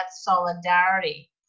solidarity